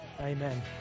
Amen